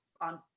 on